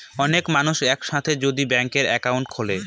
অনেক মানুষ এক সাথে যদি ব্যাংকে একাউন্ট খুলে